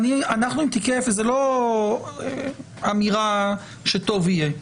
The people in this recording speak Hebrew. תיקי אפס זאת לא אמירה שטוב יהיה.